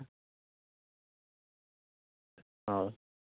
ᱦᱳᱭ